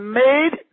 made